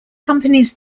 companies